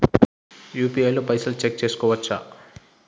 UPI తో పైసల్ check చేసుకోవచ్చా?